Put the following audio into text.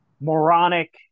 moronic